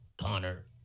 Connor